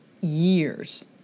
years